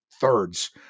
thirds